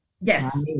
Yes